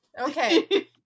okay